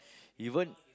even